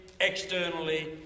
externally